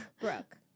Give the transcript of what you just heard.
Brooke